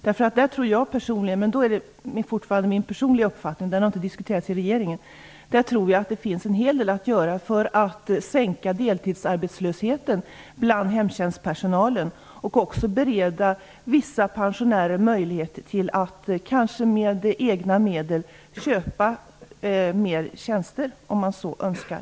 Där tror jag personligen - och det är fortfarande min personliga uppfattning som inte har diskuterats i regeringen - att det finns en hel del att göra för att sänka deltidsarbetslösheten bland hemtjänstpersonal och också bereda vissa pensionärer möjlighet att eventuellt med egna medel köpa mer tjänster om de så önskar.